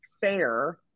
fair